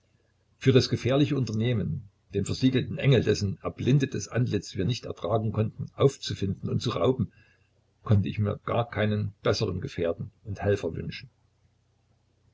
für das gefährliche unternehmen den versiegelten engel dessen erblindetes antlitz wir nicht ertragen konnten aufzufinden und zu rauben konnte ich mir einen besseren gefährten und helfer gar nicht wünschen